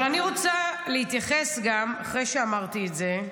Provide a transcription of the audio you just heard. אבל אחרי שאמרתי את זה,